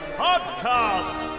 podcast